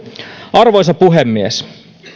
arvoisa puhemies